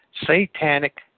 satanic